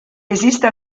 esiste